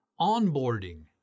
onboarding